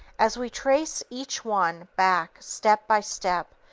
as we trace each one, back, step by step,